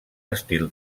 estil